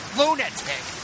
lunatic